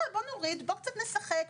בוא נשחק,